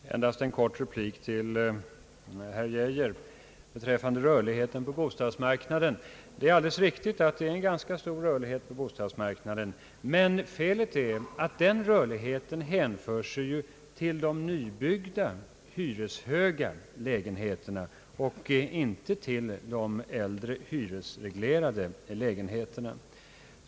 Herr talman! Endast en kort replik till herr Geijer beträffande rörligheten på bostadsmarknaden. Det är alldeles riktigt att vi har en ganska stor rörlighet på bostadsmarknaden, men felet är att den rörligheten hänför sig till de nybyggda, hyreshöga lägenheterna och inte till de äldre, hyresreglerade.